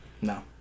No